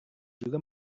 juga